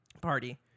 party